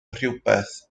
rhywbeth